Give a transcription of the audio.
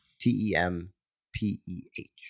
T-E-M-P-E-H